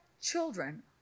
children